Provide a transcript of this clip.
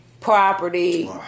property